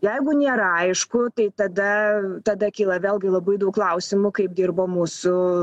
jeigu nėra aišku tai tada tada kyla vėlgi labai daug klausimų kaip dirbo mūsų